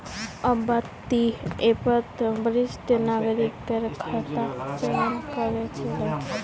अब्बा ती ऐपत वरिष्ठ नागरिकेर खाता चयन करे ले